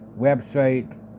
website